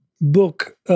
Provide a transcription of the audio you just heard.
book—